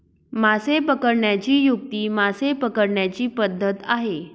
मासे पकडण्याची युक्ती मासे पकडण्याची पद्धत आहे